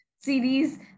series